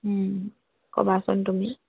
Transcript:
ক'বাচোন তুমি